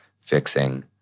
fixing